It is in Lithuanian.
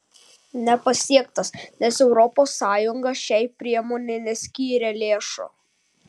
nepasiektas nes europos sąjunga šiai priemonei neskyrė lėšų